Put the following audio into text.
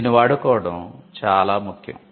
దీన్ని వాడుకోవడం చాలా ముఖ్యం